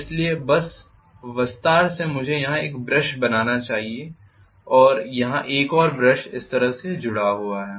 इसलिए बस विस्तार से मुझे यहां एक ब्रश बनाना चाहिए और यहां एक और ब्रश इस तरह से जुड़ा हुआ है